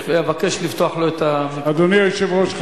אדוני היושב-ראש,